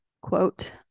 quote